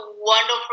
wonderful